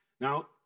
Now